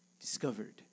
discovered